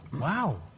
Wow